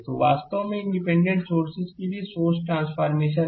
तो यह वास्तव में इंडिपेंडेंट सोर्सेस के लिए सोर्स ट्रांसफॉरमेशन है